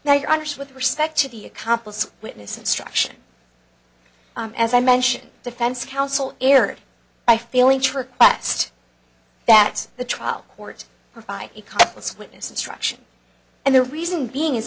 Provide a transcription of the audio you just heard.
now you're honest with respect to the accomplice witness instruction as i mentioned defense counsel erred by failing to request that the trial court provide a couple swiss instruction and the reason being is